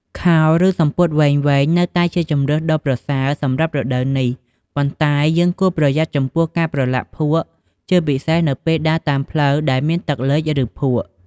ខោ ឬសំពត់វែងៗ នៅតែជាជម្រើសដ៏ប្រសើរសម្រាប់រដូវនេះ ប៉ុន្តែយើងគួរប្រយ័ត្នចំពោះការប្រឡាក់ភក់ ជាពិសេសនៅពេលដើរតាមផ្លូវដែលមានទឹកលិច ឬភក់។